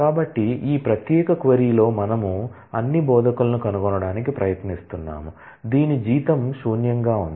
కాబట్టి ఈ ప్రత్యేక క్వరీ లో మనము అన్ని బోధకులను కనుగొనడానికి ప్రయత్నిస్తున్నాము దీని జీతం శూన్యంగా ఉంది